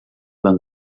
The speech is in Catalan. van